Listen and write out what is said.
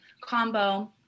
combo